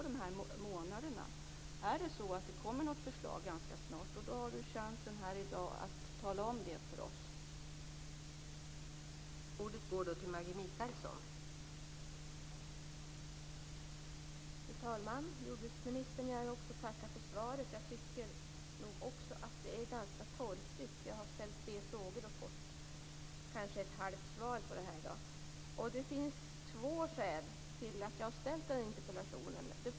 Det rådde inget tvivel om att någonting skall göras för att vilda pälsdjur inte skall sitta i bur på det här sättet.